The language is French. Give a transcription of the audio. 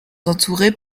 entourés